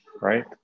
right